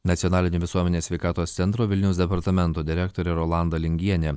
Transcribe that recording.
nacionalinio visuomenės sveikatos centro vilniaus departamento direktorė rolanda lingienė